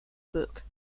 book